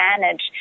manage